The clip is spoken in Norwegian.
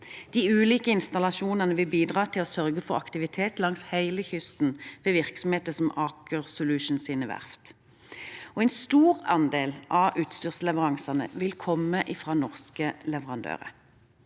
De ulike installasjonene vil bidra til å sørge for aktivitet langs hele kysten, ved virksomheter som Aker Solutions’ verft. En stor andel av utstyrsleveransene vil komme fra norske leverandører